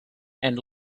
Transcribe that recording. and